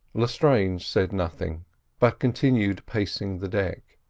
lestrange said nothing but continued pacing the deck,